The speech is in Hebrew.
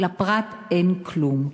אין כלום.